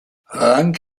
rang